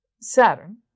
Saturn